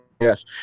yes